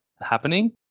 happening